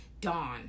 Dawn